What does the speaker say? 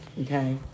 Okay